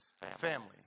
family